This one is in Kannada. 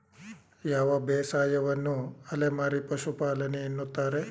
ಯಾವ ಬೇಸಾಯವನ್ನು ಅಲೆಮಾರಿ ಪಶುಪಾಲನೆ ಎನ್ನುತ್ತಾರೆ?